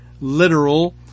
literal